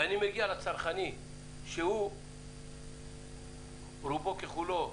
ואני מגיע לצרכני שהוא רובו ככולו,